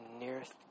nearest